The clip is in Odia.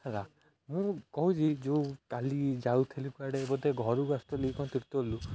ହେଲା ମୁଁ କହୁଛି ଯେଉଁ କାଲି ଯାଉଥିଲି କୁଆଡ଼େ ବୋଧେ ଘରକୁ ଆସୁଥିଲି କ'ଣ ତିର୍ତୋଲରୁ